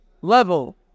level